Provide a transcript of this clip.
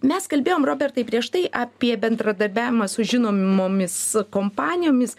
mes kalbėjom robertai prieš tai apie bendradarbiavimą su žinomomis kompanijomis